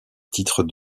titre